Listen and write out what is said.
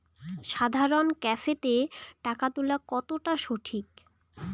সাধারণ ক্যাফেতে টাকা তুলা কতটা সঠিক?